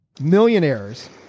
millionaires